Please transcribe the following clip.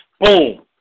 Boom